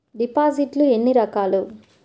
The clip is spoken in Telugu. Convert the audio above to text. డిపాజిట్లు ఎన్ని రకాలు?